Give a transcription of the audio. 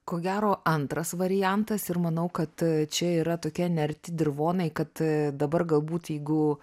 ko gero antras variantas ir manau kad čia yra tokie nearti dirvonai kad dabar galbūt jeigu